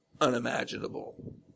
unimaginable